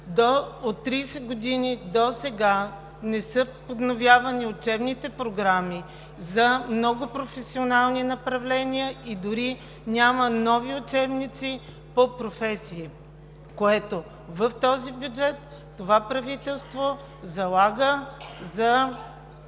от 30 години досега не са подновявани учебните програми за много професионални направления, и дори няма нови учебници по професии, което в този бюджет това правителство залага да